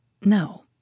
No